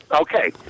Okay